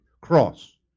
cross